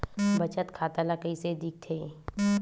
बचत खाता ला कइसे दिखथे?